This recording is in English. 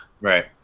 Right